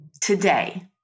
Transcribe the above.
today